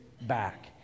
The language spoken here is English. back